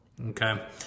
Okay